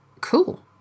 cool